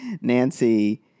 Nancy